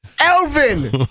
Elvin